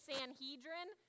Sanhedrin